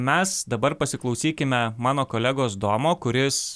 mes dabar pasiklausykime mano kolegos domo kuris